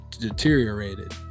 deteriorated